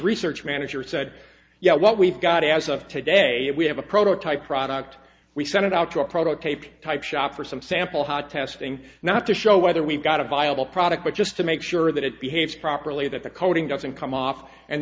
research manager said you know what we've got as of today if we have a prototype product we send it out to a prototype type shop or some sample how testing not to show whether we've got a viable product but just to make sure that it behaves properly that the coding doesn't come off and